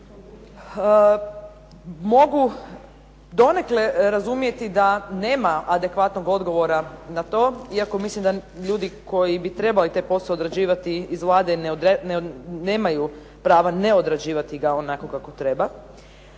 Mogu donekle razumjeti da nema adekvatnog odgovora na to iako mislim da ljudi koji bi trebali taj posao odrađivati iz Vlade nemaju prava ne odrađivati ga onako kako treba,